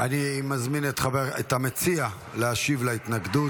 אני מזמין את המציע להשיב להתנגדות.